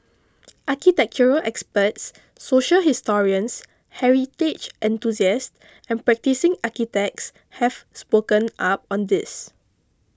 architectural experts social historians heritage enthusiasts and practising architects have spoken up on this